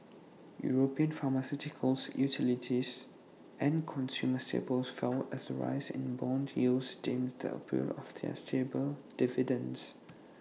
european pharmaceuticals utilities and consumer staples fell as the rise in Bond yields dimmed the appeal of their stable dividends